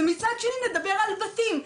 ומצד שני נדבר על בתים,